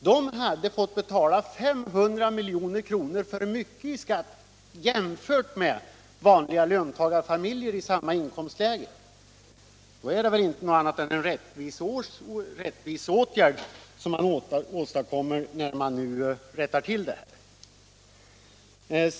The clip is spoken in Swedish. De hade fått betala 500 milj.kr. för mycket i skatt jämfört med vanliga löntagarfamiljer i samma inkomstläge. Då är det väl inte någonting annat än en rättvis åtgärd om man nu rättar till detta.